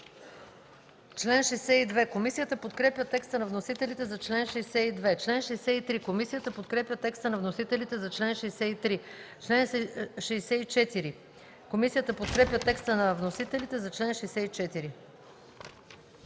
Комисията подкрепя текста на вносителите за чл. 79.